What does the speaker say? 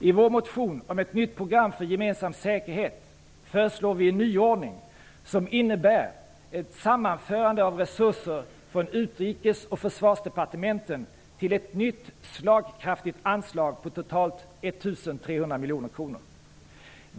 I vår motion om ett nytt program för gemensam säkerhet föreslår vi en nyordning som innebär ett sammanförande av resurser från Utrikes och Försvarsdepartementen till ett nytt slagkraftigt anslag på totalt 1 300 miljoner kronor.